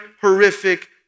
horrific